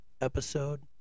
episode